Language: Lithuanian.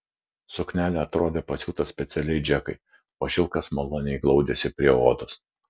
suknelė atrodė pasiūta specialiai džekai o šilkas maloniai glaudėsi prie odos